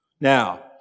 Now